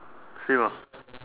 same ah